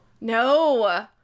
No